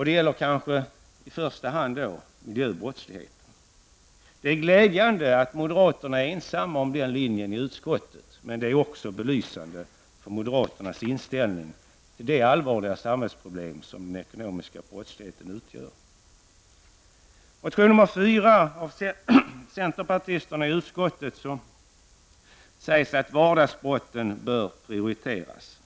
Det gäller kanske i första hand miljöbrottsligheten. Det är glädjande att moderaterna är ensamma om den linjen i utskottet, men det är också belysande för moderaternas inställning till det allvarliga samhällsproblem som den ekonomiska brottsligheten utgör. I motion nr 4, av centerpartisterna i utskottet, sägs att vardagsbrotten bör prioriteras.